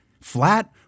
flat